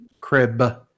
Crib